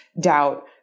doubt